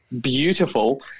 beautiful